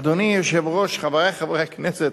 אדוני היושב-ראש, חברי חברי הכנסת,